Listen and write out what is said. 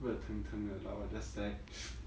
热腾腾的 like !wah! just like that